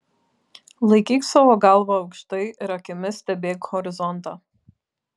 laikyk savo galvą aukštai ir akimis stebėk horizontą